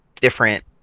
different